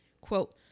quote